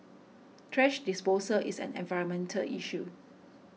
thrash disposal is an environment issue